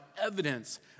evidence